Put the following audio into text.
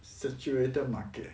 saturated market